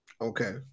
okay